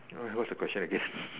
alright what is the question again